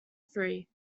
free